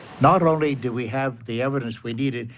not only did we have the evidence we needed,